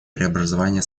преобразования